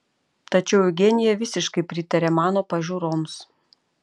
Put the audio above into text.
tačiau eugenija visiškai pritarė mano pažiūroms